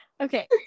okay